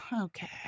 Okay